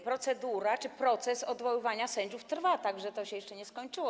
Procedura czy proces odwoływania sędziów trwa, tak że to się jeszcze nie skończyło.